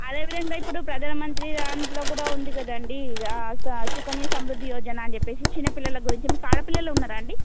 అదే విధంగా ఇప్పుడు ప్రధానమంత్రి దాంట్లో కూడా ఉంది కదండి సుకన్య సమృద్ధి యోజన అని చెప్పి చిన్న పిల్లల గురించి మీకు ఆడపిల్లలు ఉన్నారా అండి